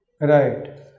Right